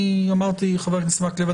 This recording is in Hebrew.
חבר הכנסת מקלב,